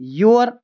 یور